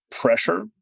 pressure